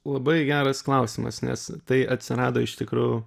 labai geras klausimas nes tai atsirado iš tikrų